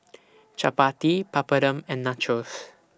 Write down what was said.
Chapati Papadum and Nachos